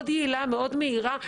הייתה עבודה מאוד יעילה ומאוד מהירה.